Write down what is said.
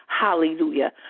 Hallelujah